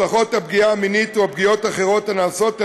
הפגיעה המינית או פגיעות אחרות הנעשות על